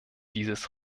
dieses